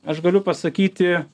aš galiu pasakyti